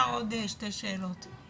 עוד שתי שאלות.